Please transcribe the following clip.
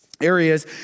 areas